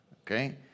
Okay